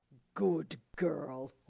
good girl?